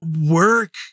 work